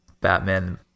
Batman